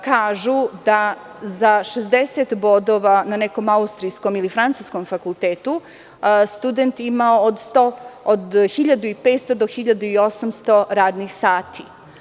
Kažu da za 60 bodova na nekom austrijskom ili francuskom fakultetu student ima od 1.500 do 1.800 radnih sati.